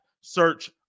Search